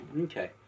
okay